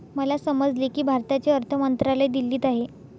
मला समजले की भारताचे अर्थ मंत्रालय दिल्लीत आहे